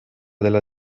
della